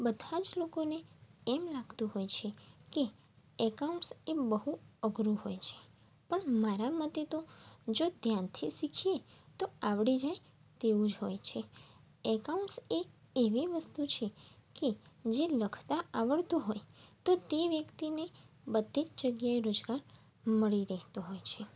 બધા જ લોકોને એમ લાગતું હોય છે કે એકાઉન્ટ્સ એ બહુ અઘરું હોય છે પણ મારા મતે તો જો ધ્યાનથી શીખીએ તો આવડી જાય તેવું જ હોય છે એકાઉન્ટ્સ એ એવી વસ્તુ છે કે જે લખતા આવડતું હોય તો તે વ્યક્તિને બધી જ જગ્યાએ રોજગાર મળી રહેતો હોય છે